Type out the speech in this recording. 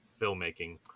filmmaking